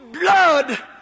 blood